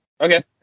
Okay